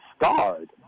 scarred